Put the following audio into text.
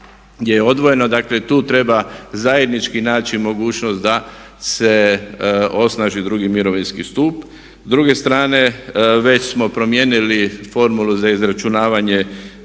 je odvojeno. Dakle, tu treba zajednički naći mogućnost da se osnaži drugi mirovinski stup. S druge strane već smo promijenili formulu za izračunavanje